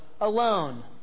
alone